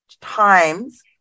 times